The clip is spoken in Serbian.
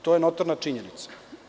To je notorna činjenica.